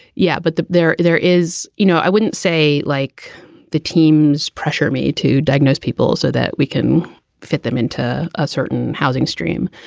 yeah. but there there is you know, i wouldn't say like the teams pressure me to diagnose people so that we can fit them into a certain housing stream.